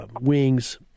wings